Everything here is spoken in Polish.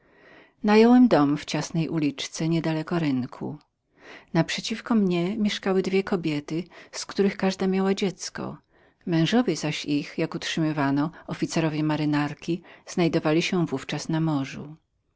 nająłem dom w ciasnej uliczce niedaleko rynku naprzeciwko mnie mieszkały dwie kobiety z których każda miała dziecie mężowie zaś ich jak utrzymywano oficerowie z marynarki znajdowali się w ówczas na morzu